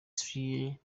three